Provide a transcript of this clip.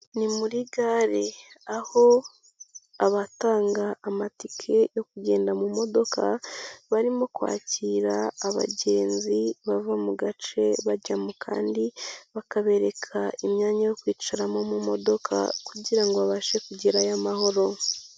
Ni muri gare, aho abatanga amatike yo kugenda mu modoka barimo kwakira abagenzi bava mu gace bajyamo kandi bakabereka imyanya yo kwicaramo mu modoka kugira ngo babashe kugerayo amahoro.